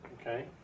Okay